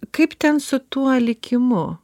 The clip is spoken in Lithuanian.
kaip ten su tuo likimu